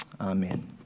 Amen